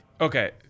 Okay